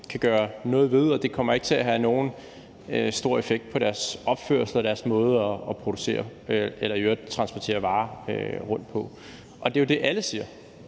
kan gøre noget ved, og det kommer ikke til at have nogen stor effekt på deres opførsel og på deres måde at producere og i øvrigt transportere varer rundt på. Det er jo det, alle siger.